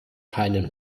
keinen